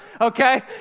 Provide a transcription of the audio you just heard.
okay